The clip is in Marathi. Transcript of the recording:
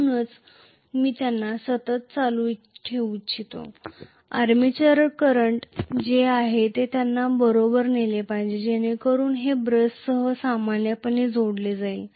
म्हणूनच मी त्यांना सतत करंट वाहक ठेवू इच्छित नाही आर्मेचर करंट जे आहे ते त्यांनी बरोबर नेले पाहिजे जेणेकरून हे ब्रशसह सामान्यपणे जोडले जाईल